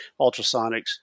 ultrasonics